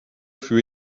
fut